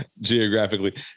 geographically